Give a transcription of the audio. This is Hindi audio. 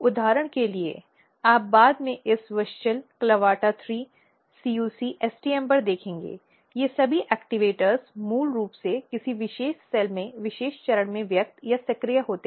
उदाहरण के लिए आप बाद में इस WUSCHEL CLAVATA 3 CUC STM पर देखेंगे ये सभी ऐक्टवेटर मूल रूप से किसी विशेष सेल में विशेष चरण में व्यक्त या सक्रिय होती हैं